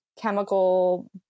chemical